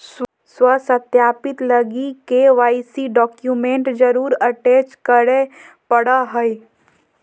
स्व सत्यापित लगी के.वाई.सी डॉक्यूमेंट जरुर अटेच कराय परा हइ